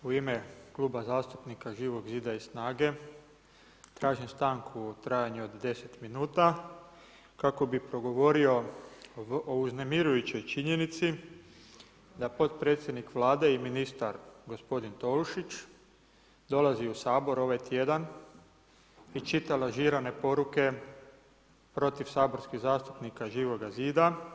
U ime Kluba zastupnika Živog zida i SNAGA-e, tražim stanku u trajanju od 10 minuta kako bih progovorio o uznemirujućoj činjenici da potpredsjednik Vlade i ministar gospodin Tolušić dolazi u Sabor ovaj tjedan i čita lažirane poruke protiv saborskih zastupnika Živoga zida.